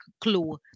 clue